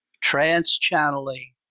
trans-channeling